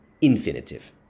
infinitive